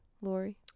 Lori